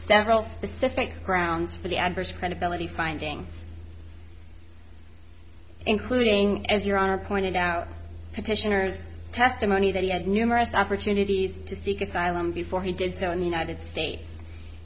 role specific grounds for the average credibility finding including as your honor pointed out petitioner's testimony that he had numerous opportunities to seek asylum before he did so in the united states